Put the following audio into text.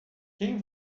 quem